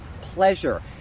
pleasure